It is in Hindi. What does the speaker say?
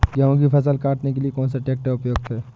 गेहूँ की फसल काटने के लिए कौन सा ट्रैक्टर उपयुक्त है?